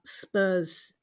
Spurs